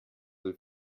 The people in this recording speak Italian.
del